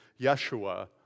Yeshua